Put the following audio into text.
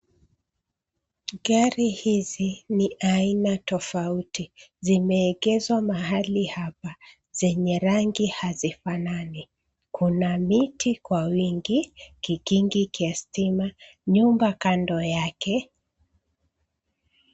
Gari hizi ni aina tofauti, zimeegezwa mahali hapa zenye rangi hazifanani. Kuna miti kwa wingi kikingi kya stima, nyumba kando yake.